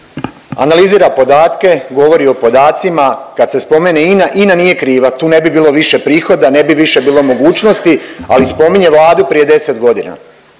analizira podatke, govori o podacima. Kad se spomene INA, INA nije kriva. Tu ne bi bilo više prihoda, ne bi više bilo mogućnosti ali spominje Vladu prije 10 godina.